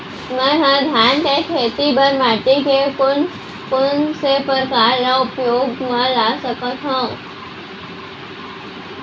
मै ह धान के खेती बर माटी के कोन कोन से प्रकार ला उपयोग मा ला सकत हव?